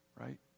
Right